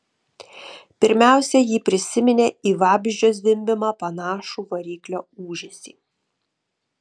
pirmiausia ji prisiminė į vabzdžio zvimbimą panašų variklio ūžesį